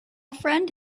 friend